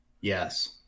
Yes